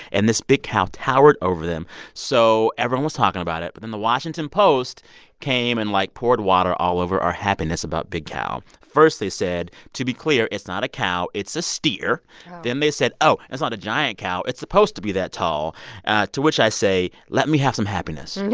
and this big cow towered over them. so everyone was talking about it. but then the washington post came and, like, poured water all over our happiness about big cow. first they said, to be clear, it's not a cow it's a steer oh then they said, oh, it's not a giant cow. it's supposed to be that tall to which i say, let me have some happiness and yeah